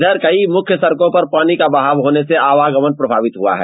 इधर कई मुख्य सड़कों पर पानी का बहाव होने से आवागमन प्रभावित हुआ है